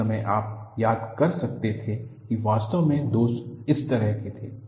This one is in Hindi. उस समय आप याद कर सकते थे कि वास्तव में दोष इस तरह के थे